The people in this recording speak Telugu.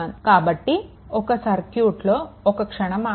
కాబట్టి ఒక సర్క్యూట్లో ఒక్క క్షణం ఆగండి